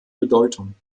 bedeutung